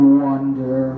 wonder